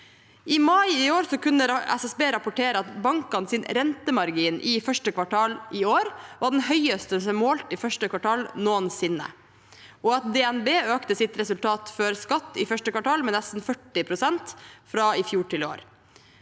I mai i år kunne SSB rapportere at bankenes rentemargin i første kvartal i år var den høyeste målt i første kvartal noensinne, og at DNB økte sitt resultat før skatt i første kvartal med nesten 40 pst. fra i fjor til i år.